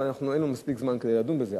אבל אין לנו מספיק זמן כדי לדון בזה.